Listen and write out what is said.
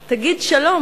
דום./ 'תגיד שלום',